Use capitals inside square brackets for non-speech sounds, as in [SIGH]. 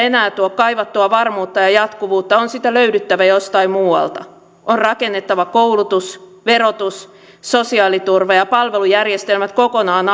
[UNINTELLIGIBLE] enää tuo kaivattua varmuutta ja jatkuvuutta on sitä löydyttävä jostain muualta on rakennettava koulutus verotus sosiaaliturva ja palvelujärjestelmät kokonaan [UNINTELLIGIBLE]